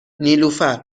نیلوفرنه